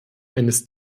eines